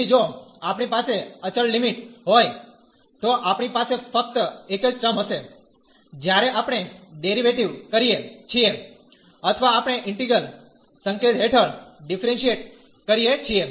તેથી જો આપણી પાસે અચળ લિમિટ હોય તો આપણી પાસે ફક્ત એક જ ટર્મ હશે જ્યારે આપણે ડેરીવેટીવ કરીએ છીએ અથવા આપણે ઈન્ટિગ્રલ સંકેત હેઠળ ડીફરેંશીયેટ કરીએ છીએ